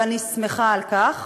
ואני שמחה על כך,